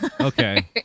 Okay